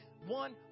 one